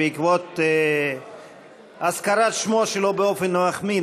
בעקבות הזכרת שמו שלא באופן מחמיא,